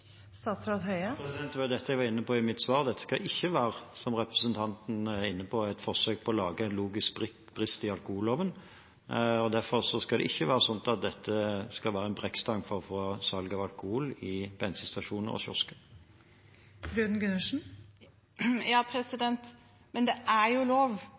Det var dette jeg var inne på i mitt svar. Dette skal ikke være, som representanten er inne på, et forsøk på å lage en logisk brist i alkoholloven. Derfor skal det ikke være sånn at dette er en brekkstang for salg av alkohol på bensinstasjoner og kiosker. Men det er jo lov